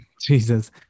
Jesus